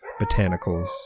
botanicals